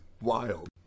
wild